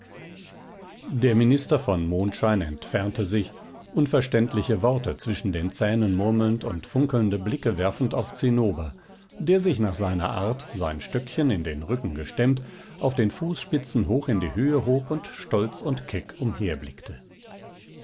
der minister von mondschein entfernte sich unverständliche worte zwischen den zähnen murmelnd und funkelnde blicke werfend auf zinnober der sich nach seiner art sein stöckchen in den rücken gestemmt auf den fußspitzen hoch in die höhe hob und stolz und keck